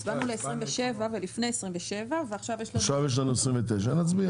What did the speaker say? הצבענו על הסתייגות ל-27 ולפני 27. עכשיו יש לנו את 29. נצביע.